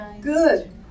Good